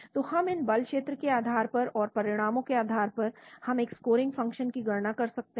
तो हम इन बल क्षेत्र के आधार पर और परिणामों के आधार पर हम एक स्कोरिंग फ़ंक्शन की गणना कर सकते हैं